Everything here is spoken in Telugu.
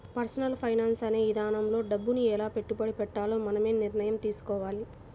పర్సనల్ ఫైనాన్స్ అనే ఇదానంలో డబ్బుని ఎలా పెట్టుబడి పెట్టాలో మనమే నిర్ణయం తీసుకోవాలి